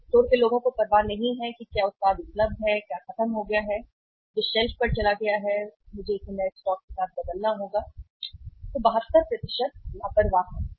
store के लोगों को परवाह नहीं है कि क्या उत्पाद उपलब्ध है क्या खत्म हो गया है जो शेल्फ पर चला गया है और मुझे इसे नए स्टॉक के साथ बदलना होगा 72 लापरवाह हैं